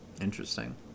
Interesting